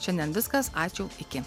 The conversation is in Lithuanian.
šiandien viskas ačiū iki